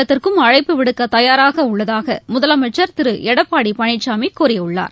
கூட்டத்திற்கும் அழைப்பு விடுக்க தயாராக உள்ளதாக முதலமைச்சர் திரு எடப்பாடி பழனிசாமி கூறியுள்ளார்